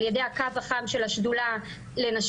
על ידי הקו החם של השדולה לנשים,